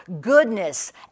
goodness